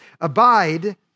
Abide